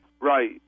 Right